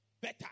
Better